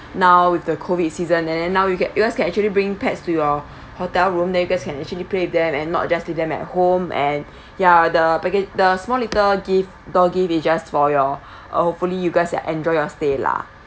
now with the COVID season and then now you can because can actually bring pets to your hotel room then you can actually played with them and not just leave them at home and ya the because the small little gift door gift is just for your uh hopefully you guys just enjoy your stay lah